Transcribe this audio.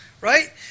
right